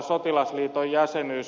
sotilasliiton jäsenyys